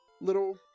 little